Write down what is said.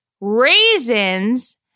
raisins